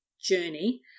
journey